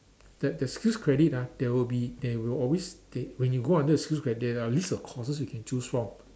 the the skills credit ah there will be there will always they when you go under the skills credit ah list of courses you can choose from